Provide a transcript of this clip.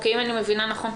אם אני מבינה נכון,